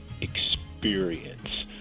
experience